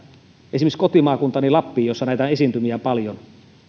esimerkiksi kotimaakuntaani lappiin jossa näitä esiintymiä on paljon